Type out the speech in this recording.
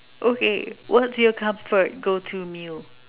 okay what's your comfort go to meal